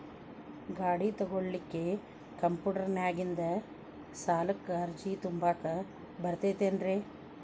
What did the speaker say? ಗಾಡಿ ತೊಗೋಳಿಕ್ಕೆ ಕಂಪ್ಯೂಟೆರ್ನ್ಯಾಗಿಂದ ಸಾಲಕ್ಕ್ ಅರ್ಜಿ ತುಂಬಾಕ ಬರತೈತೇನ್ರೇ?